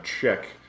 check